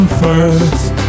first